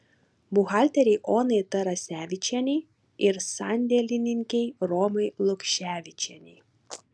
buhalterei onai tarasevičienei ir sandėlininkei romai lukševičienei